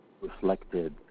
reflected